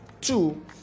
Two